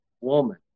woman